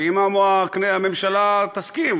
ואם הממשלה תסכים,